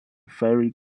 very